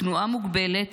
תנועה מוגבלת